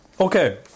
Okay